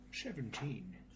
Seventeen